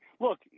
look